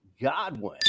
Godwin